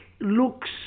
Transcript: looks